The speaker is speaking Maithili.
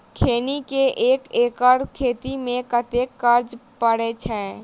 खैनी केँ एक एकड़ खेती मे कतेक खर्च परै छैय?